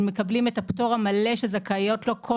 הם מקבלים את הפטור המלא שזכאים לו כל